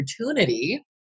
opportunity